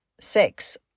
Six